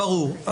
ברור,